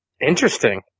Interesting